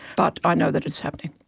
but i know that it's happening.